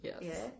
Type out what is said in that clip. Yes